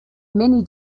many